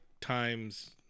times